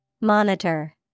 Monitor